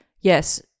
yes